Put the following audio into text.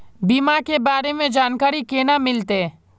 बीमा के बारे में जानकारी केना मिलते?